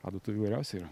adatų įvairiausių yra